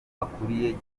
akuriye